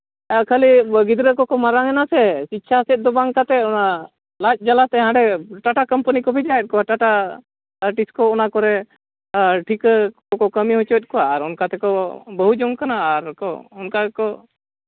ᱟᱨ ᱠᱷᱟᱹᱞᱤ ᱜᱤᱫᱽᱨᱟᱹ ᱠᱚᱠᱚ ᱢᱟᱨᱟᱝ ᱮᱱᱟ ᱥᱮ ᱥᱤᱪᱪᱷᱟ ᱥᱮᱫ ᱫᱚ ᱵᱟᱝ ᱠᱟᱛᱮᱫ ᱞᱟᱡ ᱡᱟᱞᱟᱛᱮ ᱦᱟᱸᱰᱮ ᱴᱟᱴᱟ ᱠᱳᱢᱯᱟᱱᱤ ᱠᱚ ᱵᱷᱮᱡᱟᱭᱮᱫ ᱠᱚᱣᱟ ᱴᱟᱴᱟ ᱴᱤᱥᱠᱚ ᱚᱱᱟ ᱠᱚᱨᱮᱜ ᱴᱷᱤᱠᱟᱹ ᱠᱟᱹᱢᱤ ᱦᱚᱪᱚᱭᱮᱫ ᱠᱚᱣᱟ ᱟᱨ ᱚᱱᱠᱟ ᱛᱮᱠᱚ ᱵᱟᱹᱦᱩ ᱡᱚᱝ ᱠᱟᱱᱟ ᱟᱨ ᱚᱱᱠᱟ ᱛᱮᱠᱚ